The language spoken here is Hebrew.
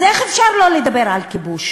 אז איך אפשר לא לדבר על כיבוש?